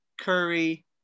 Curry